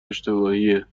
اشتباهیه